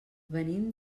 venim